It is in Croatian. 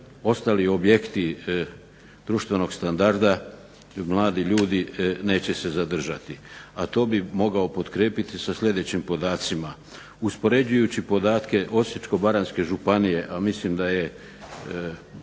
ostali objekti društvenog standarda mladi ljudi neće se zadržati. A to bi mogao potkrijepiti sa sljedećim podacima: uspoređujući podatke Osječko-baranjske županije, a mislim da je